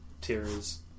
tears